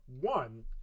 one